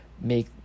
make